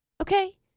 okay